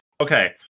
Okay